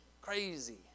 Crazy